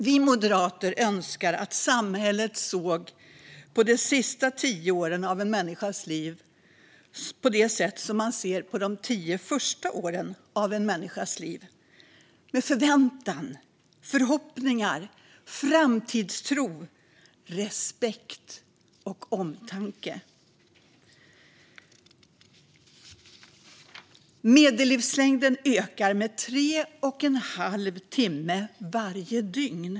Vi moderater önskar att samhället såg på de sista tio åren av en människas liv på samma sätt som på de tio första åren: med förväntan, förhoppningar, framtidstro, respekt och omtanke. Medellivslängden ökar med tre och en halv timme varje dygn.